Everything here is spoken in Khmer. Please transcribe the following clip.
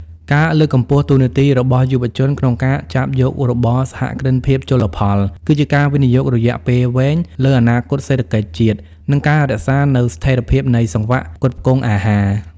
ការលើកកម្ពស់តួនាទីរបស់យុវជនក្នុងការចាប់យករបរសហគ្រិនភាពជលផល គឺជាការវិនិយោគរយៈពេលវែងលើអនាគតសេដ្ឋកិច្ចជាតិ និងការរក្សានូវស្ថិរភាពនៃសង្វាក់ផ្គត់ផ្គង់អាហារ។